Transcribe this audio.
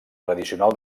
tradicional